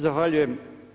Zahvaljujem.